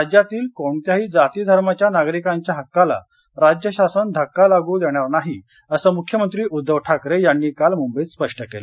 राज्यातील कोणत्याही जाती धर्माच्या नागरिकांच्या हक्काला राज्य शासन धक्का लागू देणार नाही असं मुख्यमंत्री उद्धव ठाकरे यांनी काल मुंबईत स्पष्ट केल